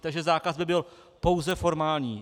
Takže zákaz by byl pouze formální.